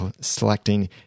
selecting